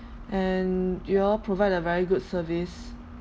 and you all provide a very good service